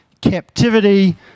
captivity